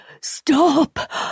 Stop